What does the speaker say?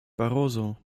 barroso